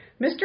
Mr